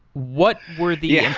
what were the yeah